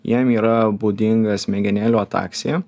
jiem yra būdinga smegenėlių ataksija